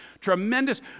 tremendous